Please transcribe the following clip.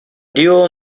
duo